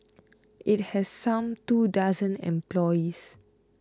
it had some two dozen employees